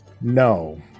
No